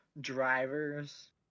drivers